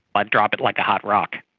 i'd drop it like a hot rock.